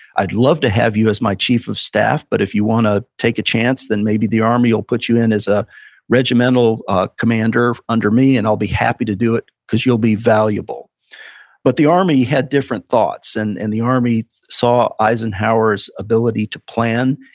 i'd love to have you as my chief of staff but if you want to take a chance then maybe the army will put you in as a regimental ah commander under me, and i'll be happy to do it because you'll be valuable but the army had different thoughts. and and the army saw eisenhower's ability to plan,